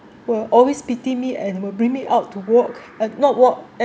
will always pity me and will bring me out to walk and not walk